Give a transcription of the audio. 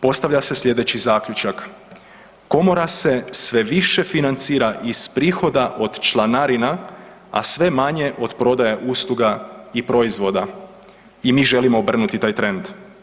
Postavlja se sljedeći zaključak, komora se sve više financira iz prihoda od članarina, a sve manje od prodaje usluga i proizvoda i mi želimo obrnuti taj trend.